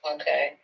Okay